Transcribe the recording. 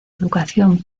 educación